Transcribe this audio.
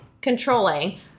controlling